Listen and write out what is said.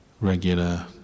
regular